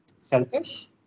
selfish